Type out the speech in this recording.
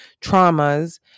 traumas